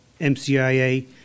MCIA